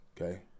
Okay